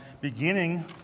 beginning